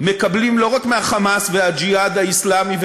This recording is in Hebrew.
מקבלים לא רק מה"חמאס" ומ"הג'יהאד האסלאמי"